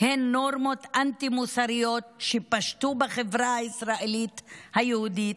הן נורמות אנטי-מוסריות שפשטו בחברה הישראלית היהודית,